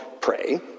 pray